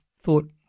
thought